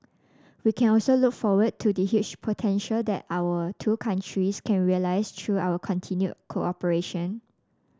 we can also look forward to the huge potential that our two countries can realise through our continued cooperation